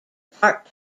part